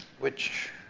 which